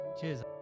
Cheers